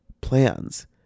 plans